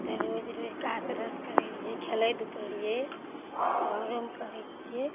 तऽ रोज रोज कसरत करै रहियै खेलै धूपे रहिए घरोमे करै छियै